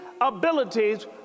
abilities